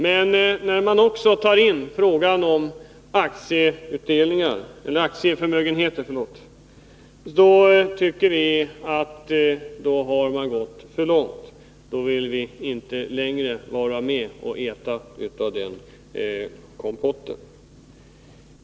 Men när man också tar in frågan om aktieförmögenheter tycker vi att man har gått för långt. Då vill vi inte längre vara med och äta av kompotten.